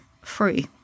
free